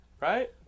right